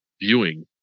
viewing